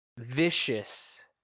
vicious